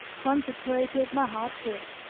consecrated my heart to it.